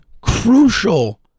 crucial